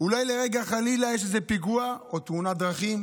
אולי כרגע, חלילה, יש איזה פיגוע או תאונת דרכים